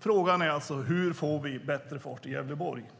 Frågan är alltså: Hur får vi i Gävleborg bättre fart